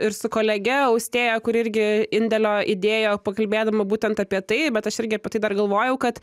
ir su kolege austėja kur irgi indėlio įdėjo pakalbėdama būtent apie tai bet aš irgi apie tai dar galvojau kad